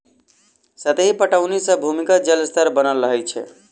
सतही पटौनी सॅ भूमिगत जल स्तर बनल रहैत छै